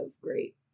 great